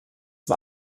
war